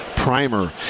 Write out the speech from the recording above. primer